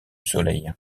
soleil